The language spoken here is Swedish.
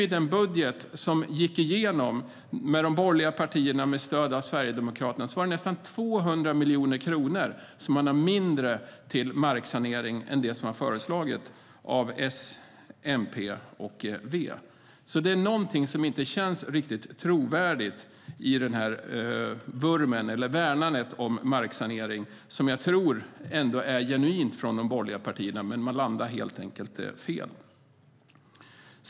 I den budget som gick igenom, när de borgerliga partierna fick stöd av Sverigedemokraterna, var det nästan 200 miljoner kronor mindre till marksanering än det som var föreslaget av S, MP och V. Det är någonting som inte känns riktigt trovärdigt i detta värnande om marksanering. Jag tror ändå att det är genuint från de borgerliga partierna. Men man landar helt enkelt fel.